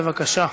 בבקשה.